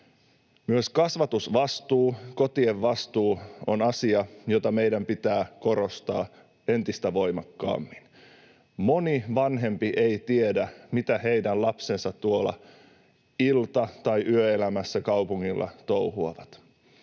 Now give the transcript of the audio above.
Myös kasvatusvastuu, kotien vastuu, on asia, jota meidän pitää korostaa entistä voimakkaammin. Moni vanhempi ei tiedä, mitä heidän lapsensa tuolla ilta- tai yöelämässä kaupungilla touhuavat.